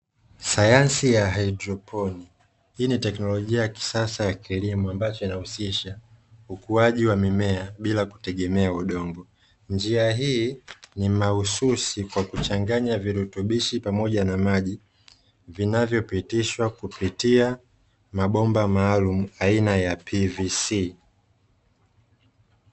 Sayansi ya haidroponi, hii ni teknolojia ya kisasa ya kilimo ambacho inahusisha ukuaji wa mkmea bila kutegemea udongo. Njia hii ni mahususi kwa kuchanganya virutubishi pamoja na maji vinavyopitishwa kupitia mabomba maalumu aina ya 'PVC'.